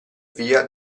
via